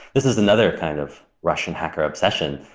this is another kind of russian hacker obsession.